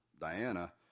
Diana